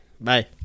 Bye